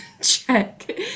check